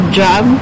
job